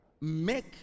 make